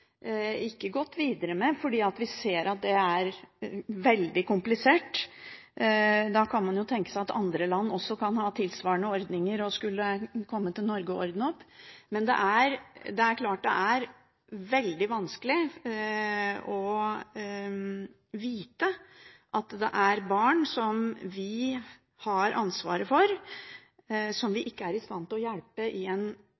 ikke gått videre med, fordi vi ser at det er veldig komplisert. Da kan man tenke seg at andre land også vil ha tilsvarende ordninger og vil komme til Norge for å ordne opp. Men det er klart det er veldig vanskelig å vite at det er barn som vi har ansvaret for som vi ikke er i stand til å hjelpe i en